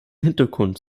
hintergrund